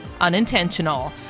unintentional